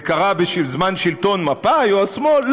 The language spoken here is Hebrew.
זה קרה בזמן שלטון מפא"י או השמאל?